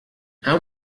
how